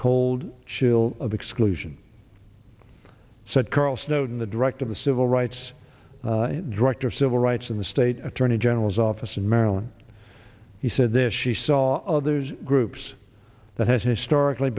cold chill of exclusion said carl snowdon the director of the civil rights drucker civil rights in the state attorney general's office in maryland he said this she saw others groups that has historically